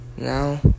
now